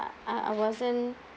uh I wasn't